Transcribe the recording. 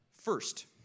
first